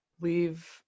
leave